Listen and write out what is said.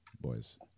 boys